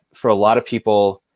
for a lot of people,